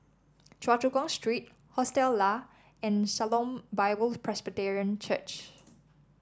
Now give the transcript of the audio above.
Choa Chu Kang Street Hostel Lah and Shalom Bible Presbyterian Church